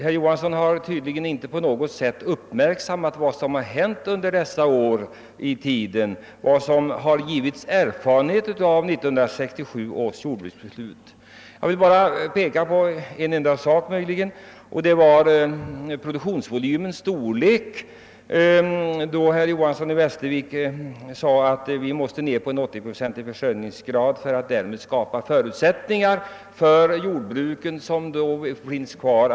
Herr Johanson har tydligen inte på något sätt uppmärksammat vad som har hänt under de tre år som gått sedan dess och vilka erfarenheter som under den tid som gått gjorts av 1967 års jordbruksbeslut. Jag vill här bara peka på en enda sak, nämligen produktionsvolymens storlek. Herr Johanson i Västervik sade att vi måste komma ned till en 80-procentig försörjningsgrad för att därmed skapa förutsättningar för bättre lönsamhet för de jordbruk som finns kvar.